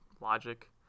logic